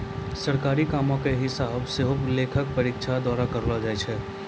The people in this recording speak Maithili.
सरकारी कामो के हिसाब सेहो लेखा परीक्षक द्वारा करलो जाय छै